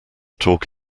talk